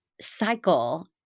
cycle